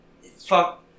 Fuck